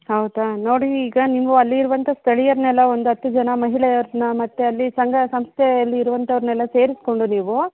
ಹೌದಾ ನೋಡಿ ಈಗ ನೀವು ಅಲ್ಲಿರುವಂಥ ಸ್ಥಳೀಯರನ್ನೆಲ್ಲ ಒಂದು ಹತ್ತು ಜನ ಮಹಿಳೆಯರನ್ನ ಮತ್ತು ಅಲ್ಲಿ ಸಂಘ ಸಂಸ್ಥೆಯಲ್ಲಿ ಇರುವಂಥವ್ರನ್ನೆಲ್ಲ ಸೇರಿಸಿಕೊಂಡು ನೀವು